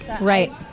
right